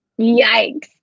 Yikes